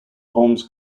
holmes